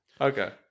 Okay